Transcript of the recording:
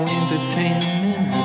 entertainment